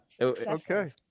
Okay